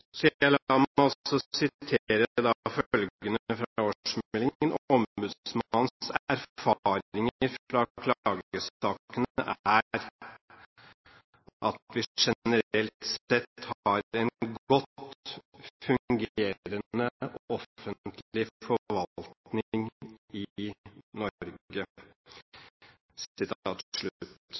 La meg også sitere følgende fra årsmeldingen: «Ombudsmannens erfaringer fra klagesakene er at vi generelt sett har en godt fungerende offentlig forvaltning i